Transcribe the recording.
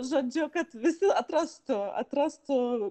žodžiu kad visi atrastų atrastų